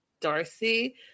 Darcy